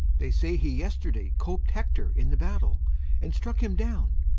they say he yesterday cop'd hector in the battle and struck him down,